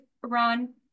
Ron